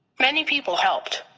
many people helped.